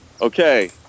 okay